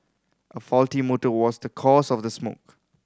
a faulty motor was the cause of the smoke